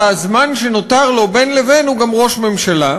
בזמן שנותר לו בין לבין הוא גם ראש ממשלה,